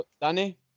Danny